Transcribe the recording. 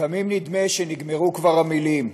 לפעמים נדמה שנגמרו כבר המילים.